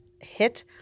hit